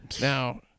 now